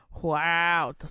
Wow